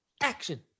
action